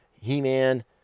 He-Man